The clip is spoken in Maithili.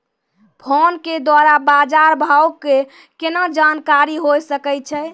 फोन के द्वारा बाज़ार भाव के केना जानकारी होय सकै छौ?